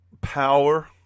power